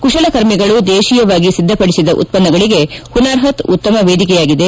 ಕುಶಲ ಕರ್ಮಿಗಳು ದೇತೀಯವಾಗಿ ಸಿದ್ದಪಡಿಸಿದ ಉತ್ಪನ್ನಗಳಿಗೆ ಹುನಾರ್ಹಾಥ್ ಉತ್ತಮ ವೇದಿಕೆಯಾಗಿದೆ